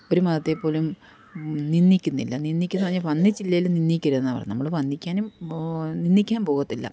ഒരു മതത്തെപ്പോലും നിന്ദിക്കുന്നില്ല നിന്ദിയ്ക്ക്ന്ന് പറഞ്ഞ വന്നിച്ചില്ലേലും നിന്നിക്കരുത്ന്നാ പറയുന്നെ നമ്മള് വന്നിക്കാനും നിന്ദിക്കാൻ പോകത്തില്ല